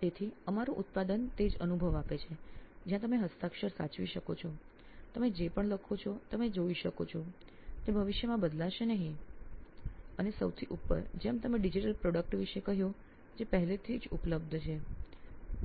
તેથી અમારું ઉત્પાદન તે જ અનુભવ આપે છે જ્યાં તમે હસ્તાક્ષર સાચવી શકો છો તમે જે પણ લખો છો તે તમે જોઈ શકો છો તે ભવિષ્યમાં બદલાશે નહીં અને સૌથી ઉપર જેમ તમે ડિજિટલ પ્રોડક્ટ વિશે કહ્યું જે પહેલેથી જ ઉપલબ્ધ છે